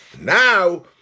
now